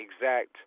exact –